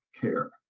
care